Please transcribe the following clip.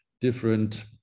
different